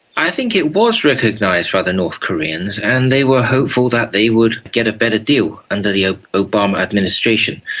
i think it was recognised by the north koreans and they were hopeful that they would get a better deal under the ah obama administration.